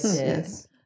yes